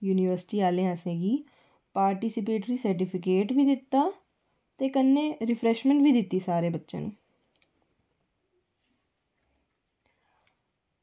university आह्लें असेंगी participate certificate बी दित्ता ते कन्नै रिफ्रेशमेंट बी दित्ती सारें बच्चें गी